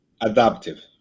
Adaptive